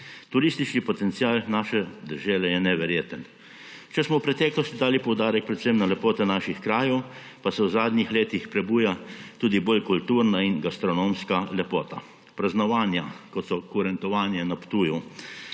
Turistični potencial naše dežele je neverjeten. Če smo v preteklosti dali poudarek predvsem na lepote naših krajev, se v zadnjih letih prebuja tudi bolj kulturna in gastronomska lepota. Praznovanja, kot je kurentovanje na Ptuju,